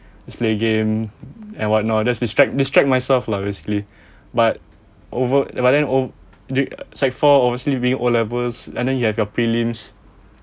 just play game and whatnot just distract distract myself lah basically but over ya but then over sec four obviously being o levels and then you have your prelims